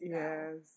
yes